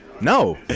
no